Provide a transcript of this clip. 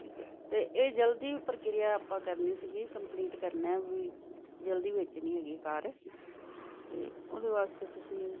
ਠੀਕ ਹੈ ਅਤੇ ਇਹ ਜਲਦੀ ਪ੍ਰਕਿਰਿਆ ਆਪਾਂ ਕਰਨੀ ਸੀਗੀ ਕੰਪਲੀਟ ਕਰਨਾ ਵਚ ਜਲਦੀ ਵੇਚਣੀ ਹੈਗੀ ਕਾਰ ਅਤੇ ਉਹਦੇ ਵਾਸਤੇ ਤੁਸੀਂ